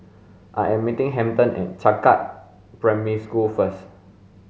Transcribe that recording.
I am meeting Hampton at Changkat Primary School first